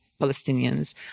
Palestinians